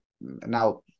now